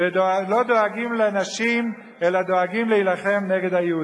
שלא דואגים לנשים אלא דואגים להילחם נגד היהודים.